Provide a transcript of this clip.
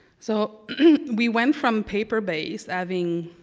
so we went from paper based, having